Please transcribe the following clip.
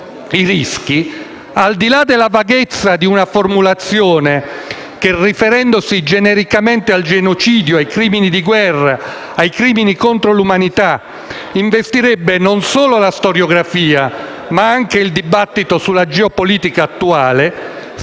i rischi; al di là della vaghezza di una formulazione che, riferendosi genericamente al genocidio, ai crimini di guerra, ai crimini contro l'umanità, investirebbe non solo la storiografia ma anche il dibattito sulla geopolitica attuale,